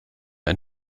ein